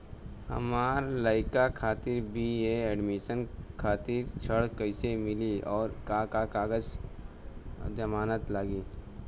हमार लइका खातिर बी.ए एडमिशन खातिर ऋण कइसे मिली और का का कागज आ जमानत लागी?